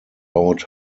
out